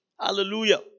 hallelujah